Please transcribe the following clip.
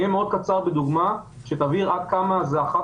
אני אתן דוגמה מאוד קצרה שתבהיר עד כמה זאת אחת